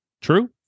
True